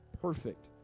perfect